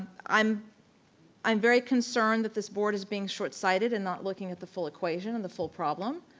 i'm i'm very concerned that this board is being short-sighted and not looking at the full equation and the full problem,